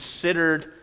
considered